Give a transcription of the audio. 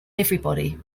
everybody